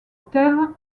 terre